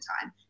time